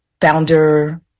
Founder